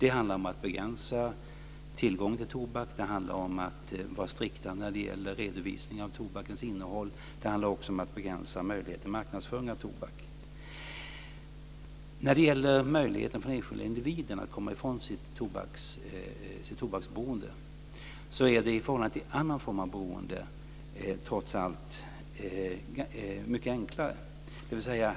Det handlar om att begränsa tillgången till tobak, det handlar om att vara strikt med redovisningen av tobakens innehåll, och det handlar om att begränsa möjligheten till marknadsföring av tobak. Möjligheten för den enskilde individen att komma ifrån sitt tobaksberoende är i förhållande till annat beroende trots allt mycket enklare.